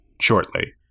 shortly